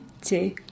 two